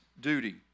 duty